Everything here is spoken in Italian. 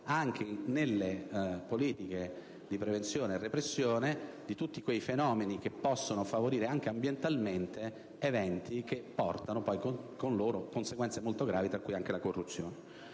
anche delle politiche di prevenzione e repressione di tutti quei fenomeni che possono favorire, anche in termini ambientali, eventi che determinano conseguenze molto gravi, tra cui anche la corruzione.